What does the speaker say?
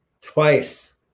twice